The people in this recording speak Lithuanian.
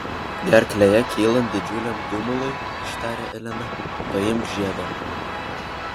gerklėje kylant didžiuliam gumului ištarė elena paimk žiedą